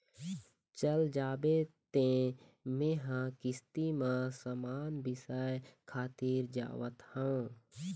चल जाबे तें मेंहा किस्ती म समान बिसाय खातिर जावत हँव